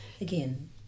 Again